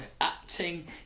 acting